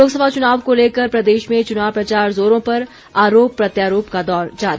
लोकसभा चुनाव को लेकर प्रदेश में चुनाव प्रचार जोरों पर आरोप प्रत्यारोप का दौर जारी